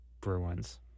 Bruins